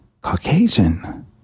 Caucasian